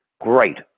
Great